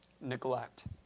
neglect